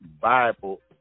Bible